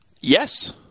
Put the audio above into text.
Yes